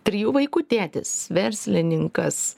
trijų vaikų tėtis verslininkas